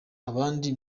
abandi